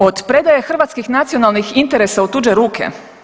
Od predaje hrvatskih nacionalnih interesa u tuđe ruke?